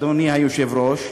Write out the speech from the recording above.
אדוני היושב-ראש,